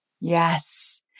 Yes